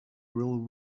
will